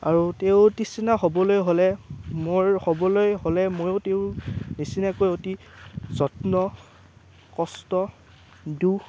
আৰু তেওঁ নিচিনা হ'বলৈ হ'লে মোৰ হ'বলৈ হ'লে মইয়ো তেওঁৰ নিচিনাকৈ অতি যত্ন কষ্ট দুখ